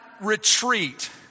retreat